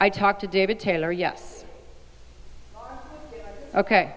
i talked to david taylor yes ok